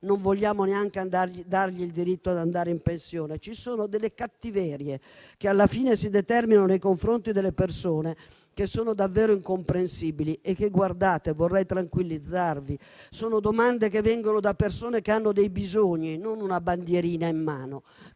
non vogliamo neanche dar loro il diritto di andare in pensione? Ci sono delle cattiverie, che alla fine si determinano nei confronti delle persone, che sono davvero incomprensibili. Colleghi, vorrei tranquillizzarvi: sono domande che vengono da persone che hanno dei bisogni e non una bandierina in mano